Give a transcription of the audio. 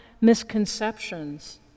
misconceptions